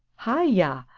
hi yah!